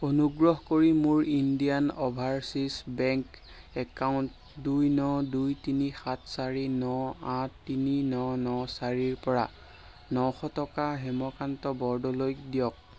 অনুগ্ৰহ কৰি মোৰ ইণ্ডিয়ান অ'ভাৰচীজ বেংক একাউণ্ট দুই ন দুই তিনি সাত চাৰি ন আঠ তিনি ন ন চাৰিৰপৰা নশ টকা হেমকান্ত বৰদলৈক দিয়ক